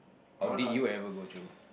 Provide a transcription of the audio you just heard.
or did you ever go through